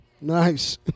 Nice